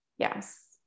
Yes